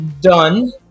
done